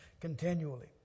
continually